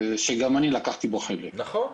שגם אני לקחתי בו חלק -- נכון.